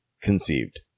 Conceived